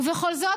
ובכל זאת,